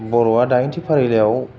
बर'आ दाइनथि फारिलाइयाव